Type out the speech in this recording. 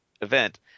event